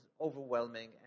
overwhelming